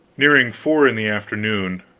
nearing four in the afternoon.